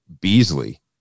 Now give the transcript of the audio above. Beasley